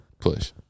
Push